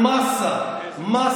על מאסה, 1,300 מתים.